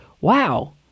wow